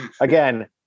Again